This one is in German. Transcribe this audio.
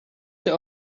der